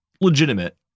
legitimate